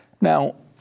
Now